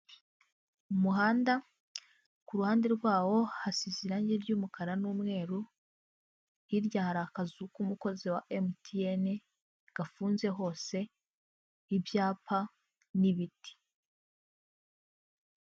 Umuhanda k'uruhande rwawo hasize irangi ry'umukara n'umweru, hirya hari akazu k'umukozi wa emutiyene gafunze hose ibyapa n'ibiti.